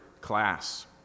class